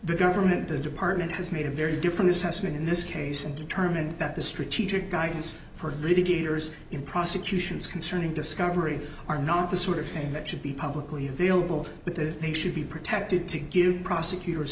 the government the department has made a very different assessment in this case and determined that the strategic guidance for litigators in prosecutions concerning discovery are not the sort of thing that should be publicly available but that they should be protected to give prosecutors